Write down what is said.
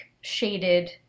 shaded